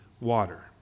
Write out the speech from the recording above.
water